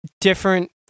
different